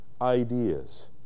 ideas